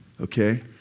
okay